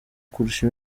kurusha